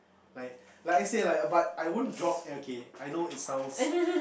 like like I say like but I won't drop okay I know it sounds